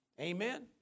Amen